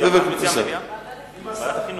ועדת החינוך.